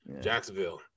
Jacksonville